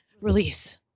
release